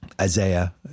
Isaiah